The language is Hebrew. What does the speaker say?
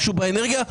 משהו באנרגיה.